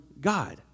God